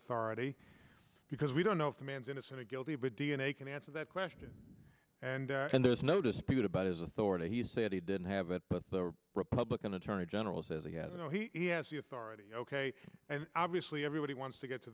authority because we don't know if the man's innocent or guilty but d n a can answer that question and and there's no dispute about his authority he said he didn't have it but the republican attorney general says he has no he has the authority ok and obviously everybody wants to get to